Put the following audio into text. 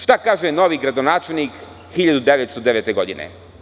Šta kaže novi gradonačelnik 1909. godine?